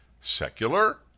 Secular